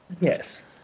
Yes